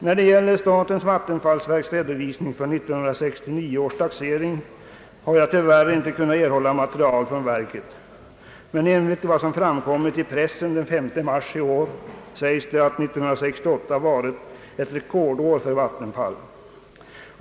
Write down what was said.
När det gäller statens vattenfallsverks redovisning för 1969 års taxering har jag tyvärr inte kunnat erhålla material från verket, men enligt vad som framkommit i pressen den 5 mars i år har 1968 varit ett rekordår för Vattenfall.